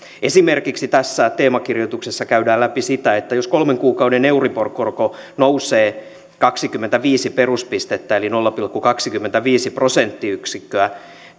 tässä teemakirjoituksessa käydään läpi esimerkiksi sitä että jos kolmen kuukauden euribor korko nousee kaksikymmentäviisi peruspistettä eli nolla pilkku kaksikymmentäviisi prosenttiyksikköä